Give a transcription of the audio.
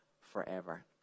forever